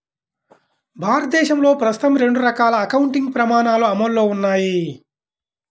భారతదేశంలో ప్రస్తుతం రెండు రకాల అకౌంటింగ్ ప్రమాణాలు అమల్లో ఉన్నాయి